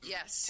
Yes